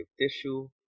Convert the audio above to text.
tissue